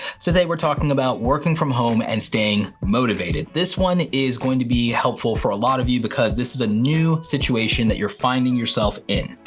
so today were talking about working from home and staying motivated. this one is going to be helpful for a lot of you, because this is a new situation that you're finding yourself in.